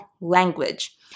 language